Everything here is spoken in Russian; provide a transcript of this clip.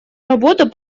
работу